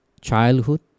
childhood